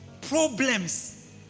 problems